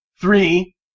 Three